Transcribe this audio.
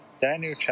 Daniel